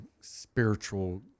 spiritual